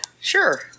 sure